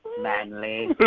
manly